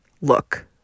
look